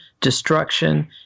destruction